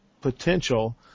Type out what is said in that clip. potential